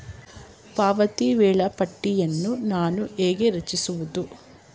ಪಾವತಿ ವೇಳಾಪಟ್ಟಿಯನ್ನು ನಾನು ಹೇಗೆ ರಚಿಸುವುದು?